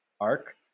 arc